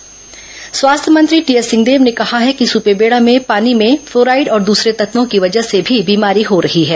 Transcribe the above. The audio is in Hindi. सिंहदेव सुपेबेड़ा स्वास्थ्य मंत्री टीएस सिंहदेव ने कहा है कि सुपेबेड़ा में पानी में फ्लोराइड और दूसरे तत्वों की वजह से भी बीमारी हो रही है